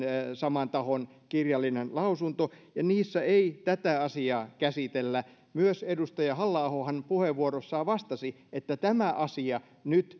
saman tahon kirjallinen lausunto ja niissä ei tätä asiaa käsitellä myös edustaja halla ahohan puheenvuorossaan vastasi että tämä asia